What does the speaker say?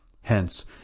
Hence